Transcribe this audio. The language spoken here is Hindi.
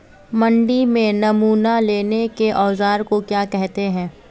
मंडी में नमूना लेने के औज़ार को क्या कहते हैं?